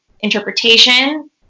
interpretation